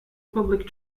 public